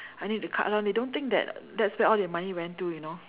I need to cut down they don't think that that's where all their money went to you know